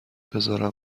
بزار